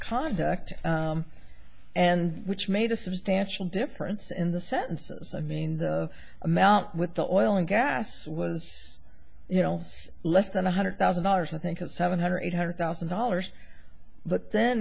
conduct and which made a substantial difference in the sentences i mean the amount with the oil and gas was you know less than one hundred thousand dollars i think is seven hundred eight hundred thousand dollars but then